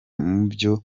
mubyo